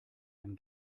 ein